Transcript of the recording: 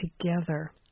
together